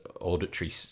auditory